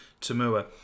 Tamua